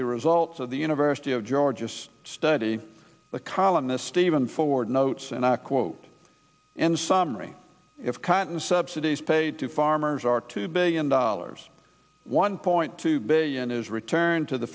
the results of the university of georgia study a columnist steven ford notes and i quote in summary if cotton subsidies paid to farmers are two billion dollars one point two billion is returned to the